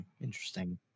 interesting